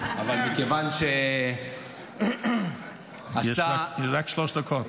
אבל -- יש לך רק שלוש דקות.